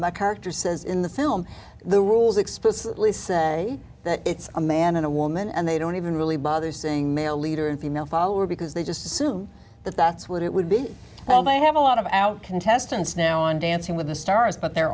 my character says in the film the rules explicitly say that it's a man and a woman and they don't even really bother saying male leader and female follower because they just assume that that's what it would be and they have a lot of out contestants now on dancing with the stars but they're